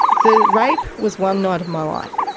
the rape was one night of my life.